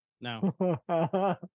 No